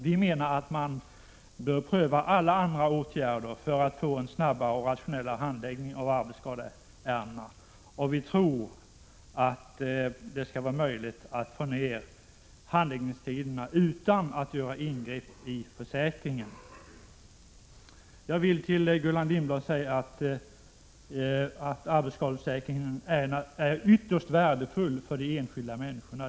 Vi menar att man bör pröva alla andra åtgärder XX ÄH | för att få en snabbare och rationellare handläggning av arbetsskadeärendena, och vi tror att det skall vara möjligt att få ner handläggningstiderna utan att göra ingrepp i försäkringen. Jag vill till Gullan Lindblad säga att arbetsskadeförsäkringen är ytterst värdefull för de enskilda människorna.